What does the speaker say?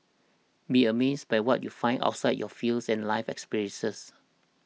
be amazed by what you find outside your fields and life experiences